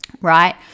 Right